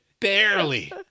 Barely